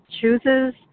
chooses